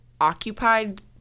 occupied